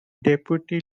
deputy